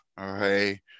Okay